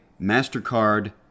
MasterCard